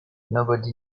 nobody